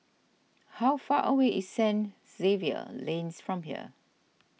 how far away is Saint Xavier Lanes from here